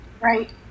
Right